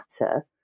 matter